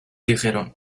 dijeron